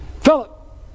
Philip